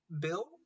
bill